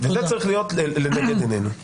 וזה צריך להיות לנגד עינינו.